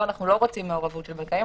פה אנחנו לא רוצים מעורבות של בנקאים,